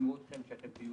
ישמעו אתכם כשאתם תהיו